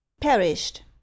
Perished